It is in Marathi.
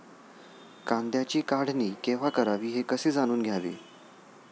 कांद्याची काढणी केव्हा करावी हे कसे जाणून घ्यावे?